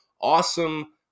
awesome